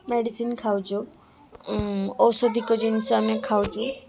medicine ଖାଉଛୁ ଔଷଧିୟ ଜିନିଷ ଆମେ ଖାଉଛୁ